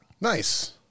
Nice